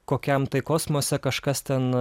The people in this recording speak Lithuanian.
kokiam tai kosmose kažkas ten